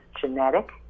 genetic